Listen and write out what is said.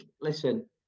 listen